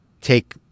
take